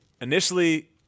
Initially